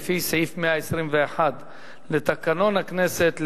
לפי סעיף 121 לתקנון הכנסת,